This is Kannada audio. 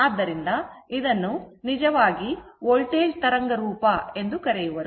ಆದ್ದರಿಂದ ಇದನ್ನು ನಿಜವಾಗಿ ವೋಲ್ಟೇಜ್ ತರಂಗ ರೂಪ ಎಂದು ಕರೆಯುವರು